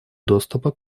доступа